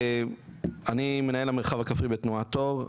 אני מנהל המרחב הכפרי בתנועת אור,